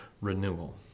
renewal